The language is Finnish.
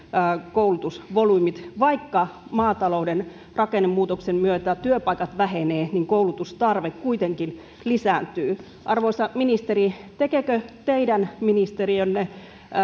koulutusvolyymit vaikka maatalouden rakennemuutoksen myötä työpaikat vähenevät koulutustarve kuitenkin lisääntyy arvoisa ministeri tekeekö teidän ministeriönne